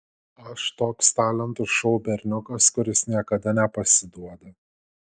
aš toks talentų šou berniukas kuris niekada nepasiduoda